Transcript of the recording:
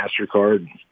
MasterCard